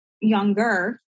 younger